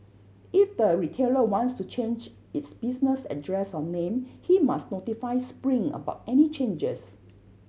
if the retailer wants to change its business address or name he must notify Spring about any changes